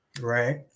Right